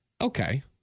Okay